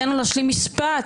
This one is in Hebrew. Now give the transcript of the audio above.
תן לו להשלים משפט.